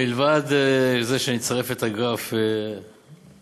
מלבד זה שאני אצרף את הגרף לפרוטוקול,